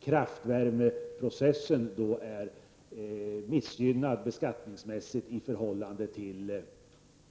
Kraftvärmeprocessen är missgynnad beskattningsmässigt i förhållande till